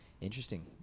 Interesting